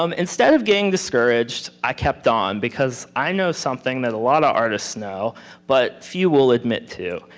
um instead of getting discouraged i kept on, because i know something that a lot of artists know but few will admit to.